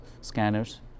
scanners